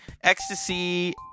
ecstasy